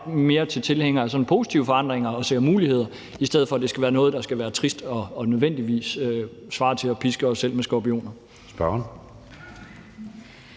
mere tilhænger af sådan positive forandringer og ser muligheder, i stedet for at det skal være noget, der skal være trist og nødvendigvis svare til at piske os selv med skorpioner. Kl.